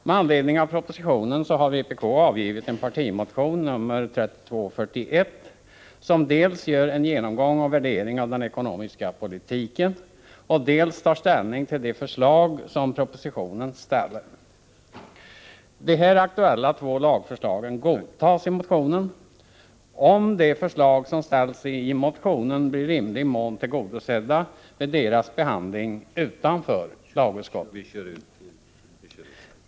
Med anledning av propositionen har vpk avgivit en partimotion, nr 3241, som dels gör en genomgång och värdering av den ekonomiska politiken, dels tar ställning till de förslag som propositionen ställer. De här aktuella två lagförslagen godtas i motionen om de förslag som ställs i motionen blir i rimlig mån tillgodosedda vid behandlingen utanför lagutskottet.